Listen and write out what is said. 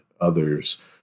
others